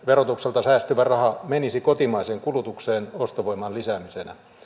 verotukselta säästyvä raha menisi kotimaiseen kulutukseen ostovoiman lisäämisenä